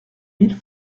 mille